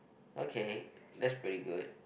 okay that's pretty good